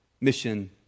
mission